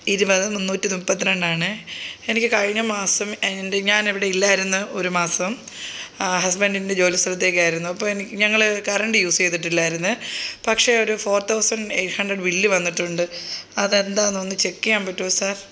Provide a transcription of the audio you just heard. ഇരുപത് മുന്നൂറ്റി മുപ്പത്തിരണ്ടാണേ എനിക്ക് കഴിഞ്ഞ മാസം എൻ്റെ ഞാനിവിടെ ഇല്ലായിരുന്നു ഒരു മാസം ഹസ്ബൻ്റിൻ്റെ ജോലിസ്ഥലത്തൊക്കെയായിരുന്നു അപ്പോൾ ഞങ്ങൾ കറണ്ട് യൂസ് ചെയ്തിട്ടില്ലായിരുന്നു പക്ഷേ ഒരു four thousand eight hundred bill വന്നിട്ടുണ്ട് അതെന്താണെന്നൊന്ന് ചെക്ക് ചെയ്യാൻ പറ്റുമോ സാർ